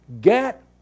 get